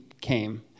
came